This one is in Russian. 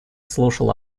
слушал